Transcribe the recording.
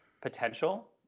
potential